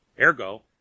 ergo